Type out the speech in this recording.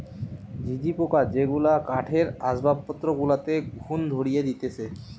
ঝিঝি পোকা যেগুলা কাঠের আসবাবপত্র গুলাতে ঘুন ধরিয়ে দিতেছে